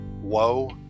woe